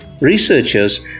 Researchers